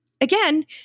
again